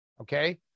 okay